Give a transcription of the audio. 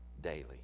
daily